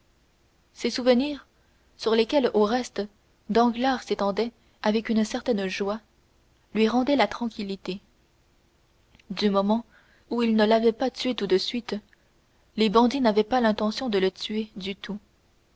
ces souvenirs sur lesquels au reste danglars s'étendait avec une certaine joie lui rendaient la tranquillité du moment où ils ne l'avaient pas tué tout de suite les bandits n'avaient pas l'intention de le tuer du tout